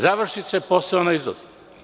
Završi se posao i ona izlazi.